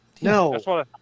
No